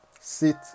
Sit